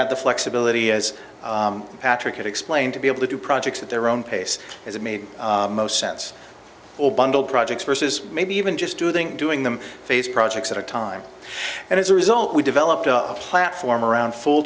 have the flexibility as patrick explained to be able to do projects at their own pace as it made most sense or bundle projects versus maybe even just doing doing them face projects at a time and as a result we developed a platform around f